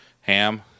Ham